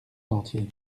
dentier